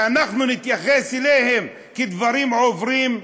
שאנחנו נתייחס אליהם כאל דברים עוברים?